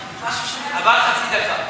עברה חצי דקה.